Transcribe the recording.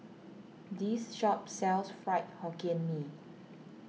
this shop sells Fried Hokkien Mee